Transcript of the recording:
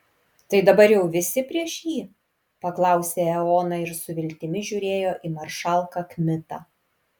tai dabar jau visi prieš jį paklausė eoną ir su viltimi žiūrėjo į maršalką kmitą